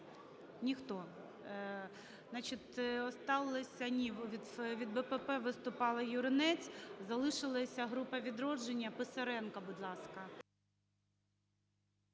Ні, від БПП виступала Юринець, залишилася група "Відродження" Писаренко, будь ласка.